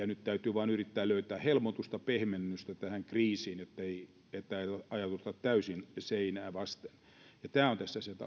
nyt täytyy vain yrittää löytää helpotusta pehmennystä tähän kriisiin että ei ajauduta täysin seinää vasten ja tämä on tässä se tausta